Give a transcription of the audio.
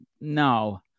no